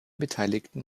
beteiligten